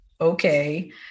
Okay